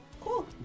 Cool